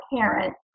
parents